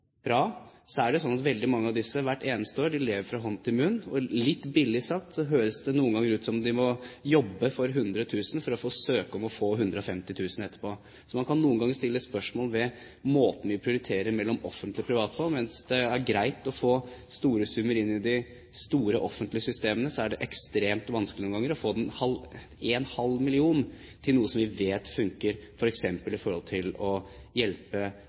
er det sånn at veldig mange av disse hvert eneste år lever fra hånd til munn. Litt billig sagt høres det noen ganger ut som om de må jobbe for 100 000 kr for å få søke om å få 150 000 kr etterpå. Så man kan noen ganger stille spørsmål om måten vi prioriterer mellom offentlig og privat på. Mens det er greit å få store summer inn i de store offentlige systemene, er det ekstremt vanskelig noen ganger å få en halv million til noe som vi vet funker, f.eks. til å hjelpe